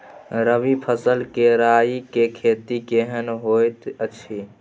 रबी फसल मे राई के खेती केहन होयत अछि?